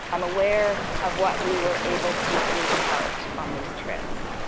i'm aware of what we were able to impart on these trips.